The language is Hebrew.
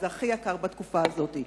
זה הכי יקר בתקופה הזאת.